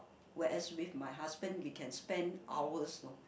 whereas with my husband we can spend hours know